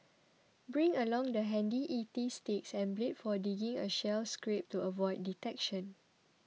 bring along the handy E T sticks and blade for digging a shell scrape to avoid detection